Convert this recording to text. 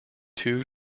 two